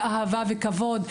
באהבה וכבוד.